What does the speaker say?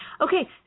Okay